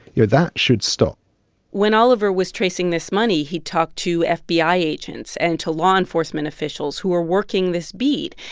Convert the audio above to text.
you know, that should stop when oliver was tracing this money, he talked to fbi agents and to law enforcement officials who were working this beat,